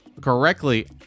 correctly